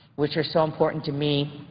which are so important to me